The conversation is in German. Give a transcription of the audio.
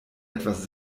etwas